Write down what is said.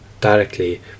directly